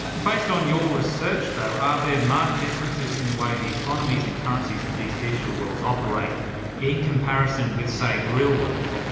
based on your research though, are there marked differences in the way the economies and currencies of these digital worlds operate in comparison with, say, the real world?